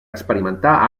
experimentar